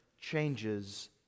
changes